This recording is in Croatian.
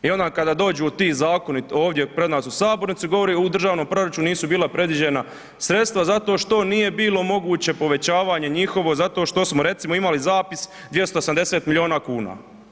I onda kada dođu ti zakoni ovdje pred nas u sabornicu govore u državnom proračunu nisu bila predviđena sredstva zato što nije bilo moguće povećavanje njihove zato što smo recimo imali zapis 280 milijuna kuna.